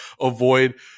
avoid